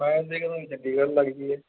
ਮੈਂ ਵੀ ਚੰਡੀਗੜ੍ਹ ਲੱਗ ਜਾਈਏ